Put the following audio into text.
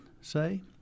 say